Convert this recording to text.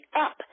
up